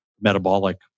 metabolic